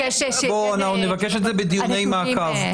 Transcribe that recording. בואו, אנחנו נבקש את זה בדיוני מעקב.